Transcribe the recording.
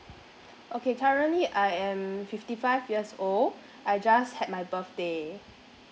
okay currently I am fifty five years old I just had my birthday